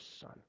son